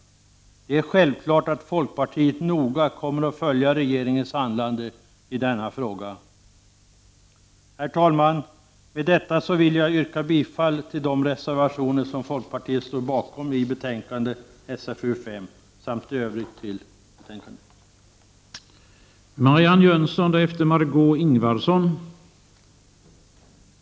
Det är självklart att folkpartiet noga kommer att följa regeringens handlande i denna fråga. Herr talman! Med detta vill jag yrka bifall till de reservationer som folkpartiet står bakom i betänkandet SfUS samt i övrigt till utskottets hemställan.